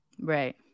Right